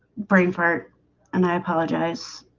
brain fart and i apologize